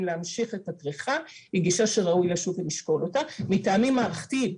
להמשיך את הכריכה היא גישה שראוי לשוב ולשקול אותה מטעמים מערכתיים,